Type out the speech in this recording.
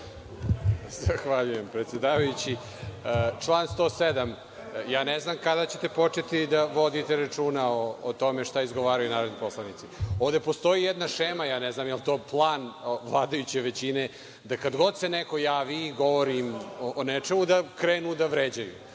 **Saša Radulović** Član 107. Ne znam kada ćete početi voditi računa o tome šta izgovaraju narodni poslanici. Ovde postoji jedna šema, ne znam da li je to klan vladajuće većine, kada god se neko javi i govori o nečemu krenu da vređaju.